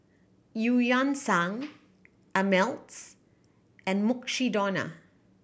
Eu Yan Sang Ameltz and Mukshidonna